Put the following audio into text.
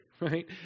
right